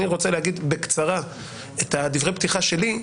אני רוצה להגיד בקצרה את דברי הפתיחה שלי,